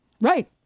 Right